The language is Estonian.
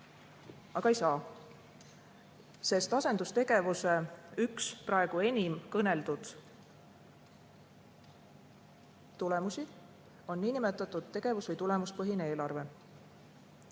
Aga ei saa, sest asendustegevuse üks praegu enim kõneldud tulemusi on niinimetatud tegevus- või tulemuspõhine eelarve.